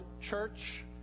Church